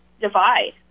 divide